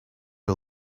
her